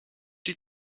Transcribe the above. die